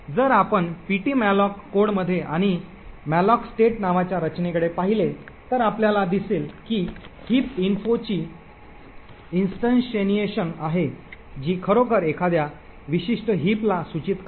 तर जर आपण पीटीमॅलोक कोडमध्ये आणि malloc state नावाच्या रचनेकडे पाहिले तर आपल्याला दिसेल की हीप इन्फोची heap info इन्स्टंटेशन आहे जी खरोखर एखाद्या विशिष्ट हिप ला सूचित करते